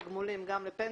זה תגמולים גם לפנסיה,